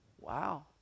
Wow